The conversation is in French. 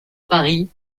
paris